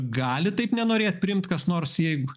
gali taip nenorėt priimt kas nors jeigu